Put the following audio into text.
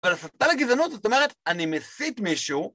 אבל הסתה לגזענות זאת אומרת, אני מסית מישהו